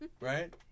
right